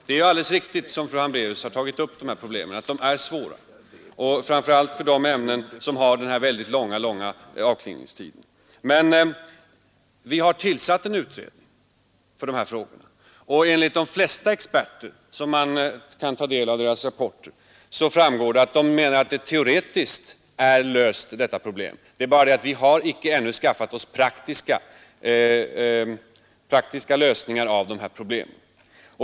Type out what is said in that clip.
Det är alldeles riktigt, som fru Hambraeus anfört, att dessa problem är svåra, framför allt när det gäller de ämnen som utsänder strålning under mycket lång tid. Men vi har tillsatt en utredning för dessa frågor, och enligt rapporterna från de flesta experter är detta problem teoretiskt löst. Det är bara det att vi ännu inte skaffat oss praktiska lösningar av dessa problem.